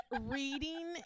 reading